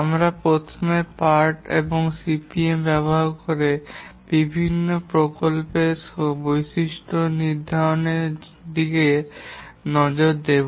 আমরা প্রথমে PERT CPM ব্যবহার করে বিভিন্ন প্রকল্পের বৈশিষ্ট্য নির্ধারণের দিকে নজর দেব